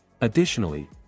Additionally